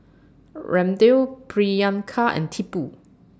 Ramdev Priyanka and Tipu